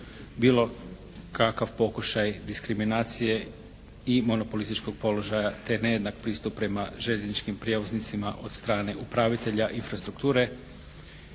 bilo kakav pokušaj diskriminacije i monopolističkog položaja te nejednak pristup prema željezničkim prijevoznicima od strane upravitelja infrastrukture,